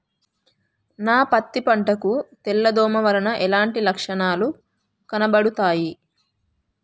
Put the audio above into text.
నా పత్తి పంట కు తెల్ల దోమ వలన ఎలాంటి లక్షణాలు కనబడుతాయి?